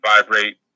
vibrate